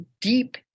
deep